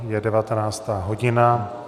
Je 19. hodina.